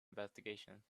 investigations